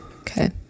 Okay